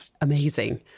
amazing